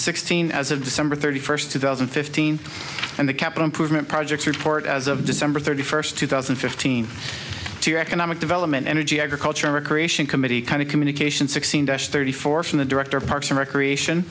sixteen as of december thirty first two thousand and fifteen and the capital improvement projects report as of december thirty first two thousand and fifteen to economic development energy agriculture recreation committee kind of communication sixteen dash thirty four from the director of parks and recreation